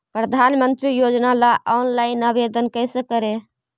प्रधानमंत्री योजना ला ऑनलाइन आवेदन कैसे करे?